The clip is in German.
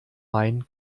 main